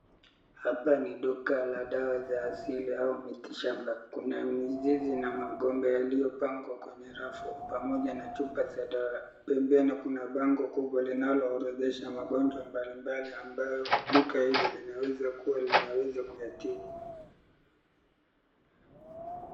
Hapa ni duka la dawa za asili au miti shamba, Kuna mizizi na magombe yaliypangwa kwenye rafu pamoja na chupa za dawa, pembeni kuna pango kubwa linalo orodhesha magonjwa mbali mbali ambayo duka hili linaweza kuyatibu.